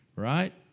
Right